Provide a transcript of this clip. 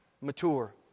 mature